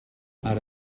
ara